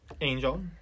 Angel